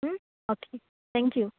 okay thank you